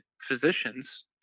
physicians